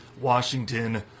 Washington